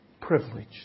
privileged